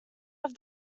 have